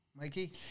Mikey